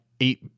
eight